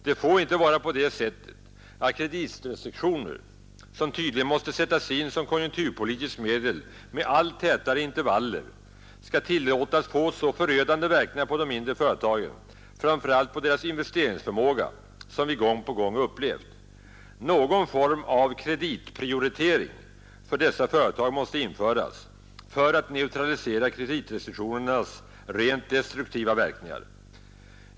Det får inte vara på det sättet att kreditrestriktioner, som tydligen måste sättas in som konjunkturpolitiskt medel med allt tätare intervaller, skall tillåtas få så förödande verkningar på de mindre företagen — framför allt på deras investeringsförmåga — som vi gång på gång upplevt. Någon form av kreditprioritering för dessa företag måste införas för att neutralisera kreditrestriktionernas rent destruktiva verkningar.